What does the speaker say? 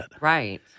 Right